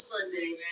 Sunday